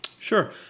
Sure